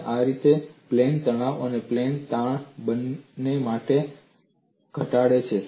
અને આ આ રીતે પ્લેન તણાવ અને પ્લેન તાણ બંને માટે ઘટાડે છે